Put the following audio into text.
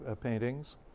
paintings